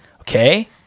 Okay